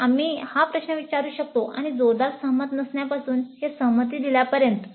तर आम्ही हा प्रश्न विचारू शकतो आणि जोरदार सहमत नसण्यापासून ते सहमती दिल्यापर्यंत